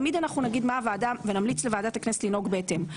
אנחנו תמיד נגיד מה הוועדה ונמליץ לוועדת הכנסת לנהוג בהתאם.